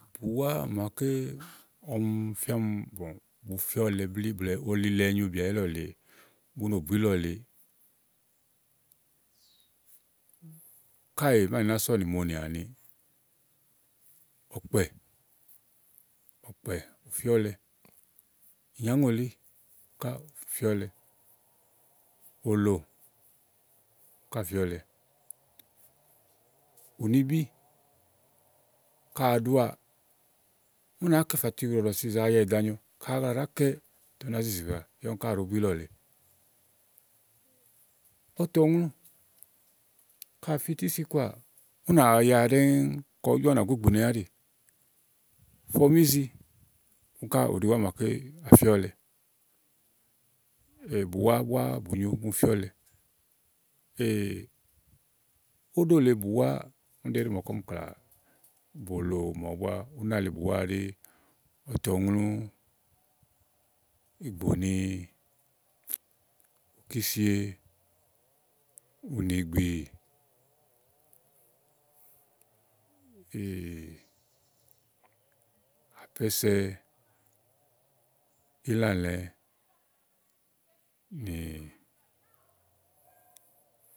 Ùwà màaké ɔmi fìa ni ù fíaɔlɛ blíí blɛ̀ɛ ù no bù ilɔlè blɛ̀ɛ ɔlilɛ nyo bià ìlɔle bù no bù ìlɔlè káèe máàni nàsɔnì. Mòonì àni: ɔ̀kpɛ̀, ɔ̀kpɛ̀ ù fíɔ̀lɛ, ínyàŋòlì kà fíɔ̀lɛ, òlò kà fìɔ̀lɛ, ùnibì. Kàyi ò ɖuà ù nàa kɛ fà tiɖɔ̀ɖɔ̀si zàa ya wɛ kàyi àgagla ɖàa kɛ tè ù nàá zìzì wàa ya ùni kà ɖòó bu ílɔ̀le. Ɔ̀tɔŋlù kàyi àfi ití si kɔà ùnà wa ya ɖɛŋù kàyi ùù Jɔà ùnà go gbìnìàɖì. Fɔmízi kà ɖi ùwà màa fiɔ̀lɛ. Bùwà bùà bù nyo bùni fìɔ̀lɛ. Óɖólèe bùwà ùni ɛɖi maké ɔmi klà bòlò mawubùà. Ùnalée bùwà ɛɖì ɔ̀tɔŋlù, ìgbòni, òkísie, ùnìgbì, àpɛ̀sɛ, ìlãlɛ̃